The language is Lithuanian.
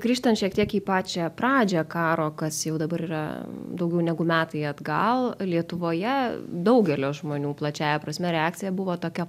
grįžtant šiek tiek į pačią pradžią karo kas jau dabar yra daugiau negu metai atgal lietuvoje daugelio žmonių plačiąja prasme reakcija buvo tokia